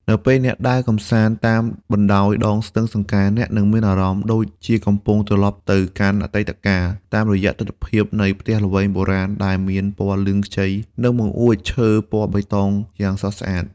នៅពេលអ្នកដើរកម្សាន្តតាមបណ្តោយដងស្ទឹងសង្កែ អ្នកនឹងមានអារម្មណ៍ដូចជាកំពុងត្រលប់ទៅកាន់អតីតកាល តាមរយៈទិដ្ឋភាពនៃផ្ទះល្វែងបុរាណដែលមានពណ៌លឿងខ្ចី និងបង្អួចឈើពណ៌បៃតងយ៉ាងស្រស់ស្អាត។